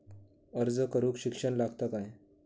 अर्ज करूक शिक्षण लागता काय?